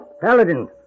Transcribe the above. Paladin